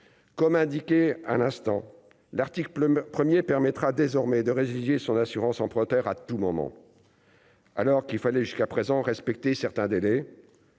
comme indiqué à l'instant, l'article 1er permettra désormais de résilier son assurance emprunteur à tout moment. Alors qu'il fallait jusqu'à présent, respecter certains délais